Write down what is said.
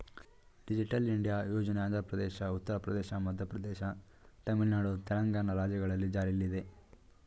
digital India ಯೋಜನೆ ಆಂಧ್ರಪ್ರದೇಶ, ಉತ್ತರ ಪ್ರದೇಶ, ಮಧ್ಯಪ್ರದೇಶ, ತಮಿಳುನಾಡು, ತೆಲಂಗಾಣ ರಾಜ್ಯಗಳಲ್ಲಿ ಜಾರಿಲ್ಲಿದೆ